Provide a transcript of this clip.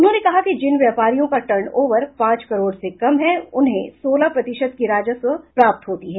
उन्होंने कहा कि जिन व्यापारियों का टर्न ओवर पांच करोड़ से कम है उनसे सोलह प्रतिशत की राजस्व प्राप्त होती है